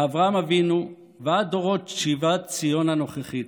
מאברהם אבינו ועד דורות שיבת ציון הנוכחית,